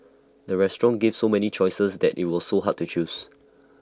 the restaurant gave so many choices that IT was so hard to choose